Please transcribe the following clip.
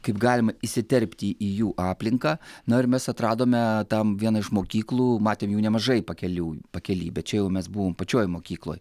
kaip galima įsiterpti į jų aplinką na ir mes atradome tam vieną iš mokyklų matėm jų nemažai pakeliui pakely bet čia jau mes buvom pačioj mokykloj